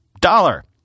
dollar